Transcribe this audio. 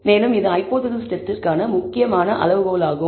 மேலும் இது ஹைபோதேசிஸ் டெஸ்டிற்கான முக்கியமான அளவுகோலாகும்